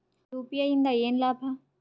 UPI ಇಂದ ಏನ್ ಲಾಭ?